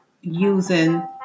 using